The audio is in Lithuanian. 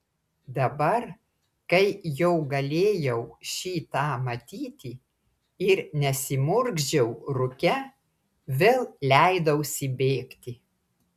dabar kai jau galėjau šį tą matyti ir nesimurkdžiau rūke vėl leidausi bėgti